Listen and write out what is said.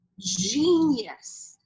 genius